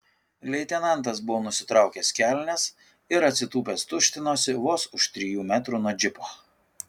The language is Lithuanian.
leitenantas buvo nusitraukęs kelnes ir atsitūpęs tuštinosi vos už trijų metrų nuo džipo